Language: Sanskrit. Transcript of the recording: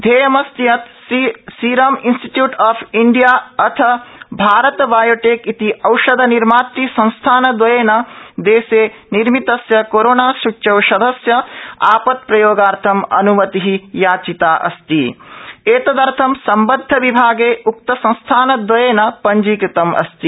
ध्येयमस्ति यत् सीरम इन्स्टीट् ऑफ इण्डिया अथ भारत बायोटेक इति औषध निर्मात संस्थानदवयेन देशे निर्मितस्य कोरोना सूच्यौषधस्य आ ात्प्रयोगार्थम् अनुमति याचिता अस्तित एतदर्थ सम्बदधविभागे उक्तसंस्थानदवयेन ांजीकृतम् अस्ति